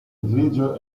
grigio